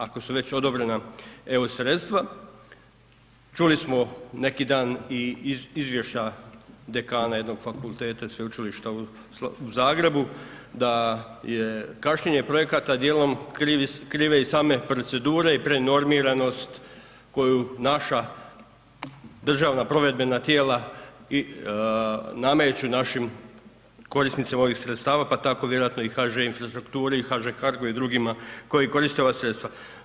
Ako su već odobrena EU sredstva, čuli smo, neki dan i iz izvještaja dekana jednog fakulteta Sveučilišta u Zagrebu, da je kašnjenje projekata dijelom krive i same procedure i prenormiranost koju naša državna provedbena tijela i nameću našim korisnicima ovih sredstava pa tako vjerojatno i HŽI-u i HŽC-u i drugima koji korite ova sredstva.